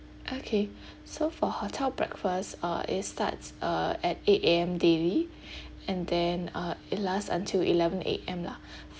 okay so for hotel breakfast uh it starts err at eight A_M daily and then uh it last until eleven A_M lah